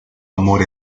amor